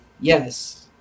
Yes